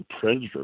predator